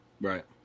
Right